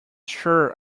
sure